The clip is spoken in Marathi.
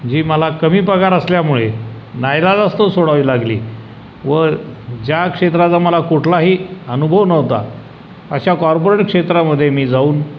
जी मला कमी पगार असल्यामुळे नाईलाजास्तव सोडावी लागली व ज्या क्षेत्राचा मला कुठलाही अनुभव नव्हता अशा कॉर्पोरेट क्षेत्रामध्ये मी जाऊन